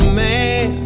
man